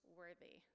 worthy